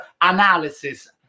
analysis